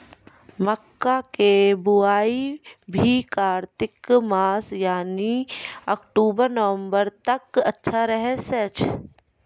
मक्का के बुआई भी कातिक मास यानी अक्टूबर नवंबर तक अच्छा रहय छै